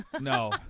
No